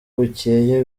bukeye